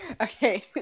Okay